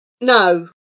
No